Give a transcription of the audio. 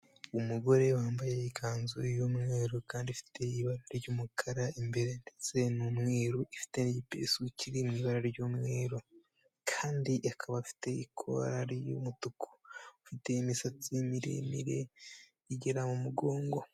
Umugore wambaye ikanzu y'umweru kandi ifite ibara ry'umukara, imbere ndetse n'umweru, ifite n'ibipesu bikiri mu ibara ry'umweru kandi akaba afite ikora ry'umutuku, afite imisatsi miremire igera mu mugongo.